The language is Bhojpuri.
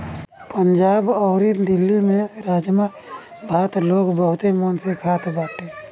पंजाब अउरी दिल्ली में राजमा भात लोग बहुते मन से खात बाटे